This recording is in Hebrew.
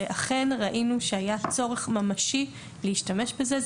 ואכן ראינו שהיה צורך ממשי להשתמש בזה.